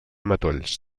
matolls